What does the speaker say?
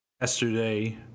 yesterday